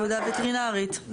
תעודה וטרינרית.